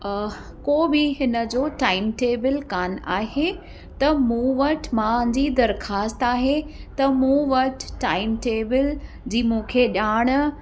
को बि हिन जो टाइम टेबल कोन आहे त मूं वटि मुंहिंजी दरख़्वास्त आहे त मूं वटि टाइम टेबल जी मूंखे ॼाणु